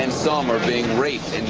and some are being raped and